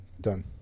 Done